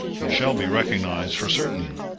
we shall be recognized for certain!